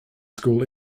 school